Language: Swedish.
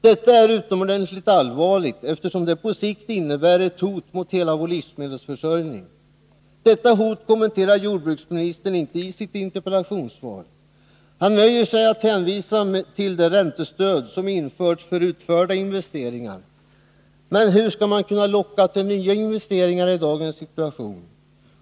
Detta är utomordentligt allvarligt eftersom det på sikt innebär ett hot mot hela vår livsmedelsförsörjning. Detta hot kommenterar jordbruksministern inte i sitt interpellationssvar. Han nöjer sig med att hänvisa till det räntestöd som införts för utförda investeringar. Men hur skall man kunna locka till nya investeringar?